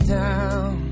down